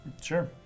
Sure